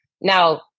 Now